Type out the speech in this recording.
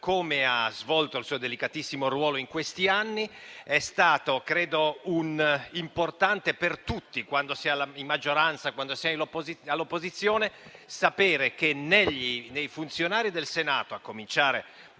cui ha svolto il suo delicatissimo ruolo in questi anni. Credo sia importante per tutti, sia quando si è in maggioranza sia quando si è all'opposizione, sapere che nei funzionari del Senato, a cominciare